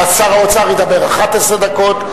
שר האוצר ידבר 11 דקות.